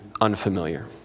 unfamiliar